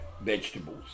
vegetables